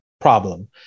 problem